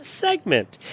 segment